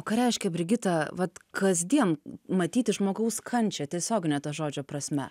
ką reiškia brigita vat kasdien matyti žmogaus kančią tiesiogine to žodžio prasme